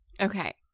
Okay